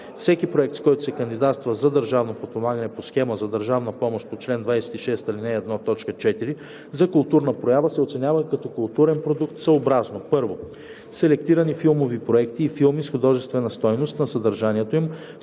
Всеки проект, с който се кандидатства за държавно подпомагане по схема за държавна помощ по чл. 26, ал. 1, т. 4 – за културна проява, се оценява като културен продукт съобразно: 1. селектирани филмови проекти и филми с художествената стойност на съдържанието им,